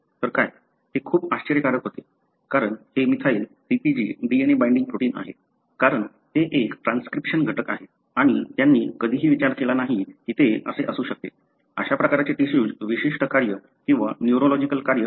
तर काय हे खूप आश्चर्यकारक होते कारण हे methyl CpG DNA binding protein आहे कारण ते एक ट्रान्सक्रिप्शन घटक आहे आणि त्यांनी कधीही विचार केला नाही की ते असे असू शकते अशा प्रकारचे टिशूज विशिष्ट कार्य किंवा न्यूरोलॉजिकल कार्य असते